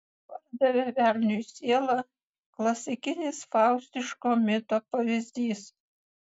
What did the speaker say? pardavė velniui sielą klasikinis faustiško mito pavyzdys